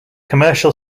commercial